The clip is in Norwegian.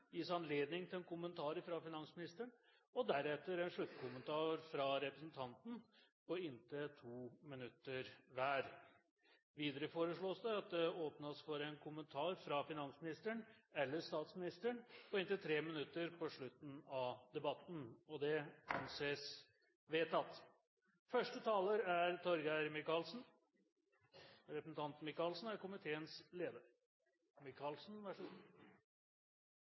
gis anledning til en kommentar fra finansministeren og deretter en sluttkommentar fra representanten for opposisjonspartiet på inntil 2 minutter hver. Videre foreslås det at det åpnes for en kommentar fra finansministeren eller statsministeren på inntil 3 minutter på slutten av debatten. – Det anses vedtatt.